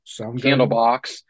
Candlebox